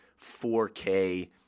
4K